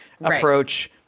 approach